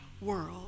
world